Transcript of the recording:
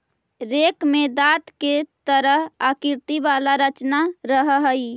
rake में दाँत के तरह आकृति वाला रचना रहऽ हई